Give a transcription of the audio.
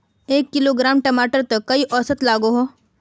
एक किलोग्राम टमाटर त कई औसत लागोहो?